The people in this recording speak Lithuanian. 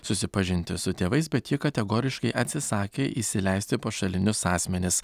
susipažinti su tėvais bet ji kategoriškai atsisakė įsileisti pašalinius asmenis